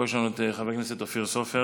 פה יש לנו את חבר הכנסת אופיר סופר,